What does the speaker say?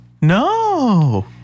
No